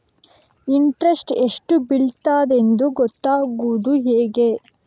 Interest ಎಷ್ಟು ಬೀಳ್ತದೆಯೆಂದು ಗೊತ್ತಾಗೂದು ಹೇಗೆ?